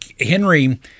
Henry